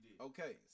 Okay